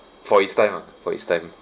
for its time ah for its time lor